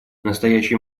настоящий